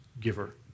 giver